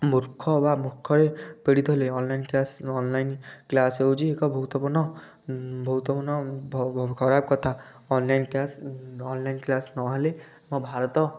ମୁର୍ଖ ବା ମୁର୍ଖରେ ପୀଡ଼ିତ ହେଲେ ଅନଲାଇନ୍ କ୍ଲାସ୍ ଅନଲାଇନ୍ କ୍ଲାସ୍ ହେଉଛି ଏକ ବହୁତ ପୂର୍ଣ୍ଣ ବହୁତ ପୂର୍ଣ୍ଣ ଖରାପ କଥା ଅନଲାଇନ୍ କ୍ଲାସ୍ ଅନଲାଇନ୍ କ୍ଲାସ୍ ନହେଲେ ଆମ ଭାରତ